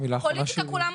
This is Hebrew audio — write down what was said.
פוליטיקה כולם עושים.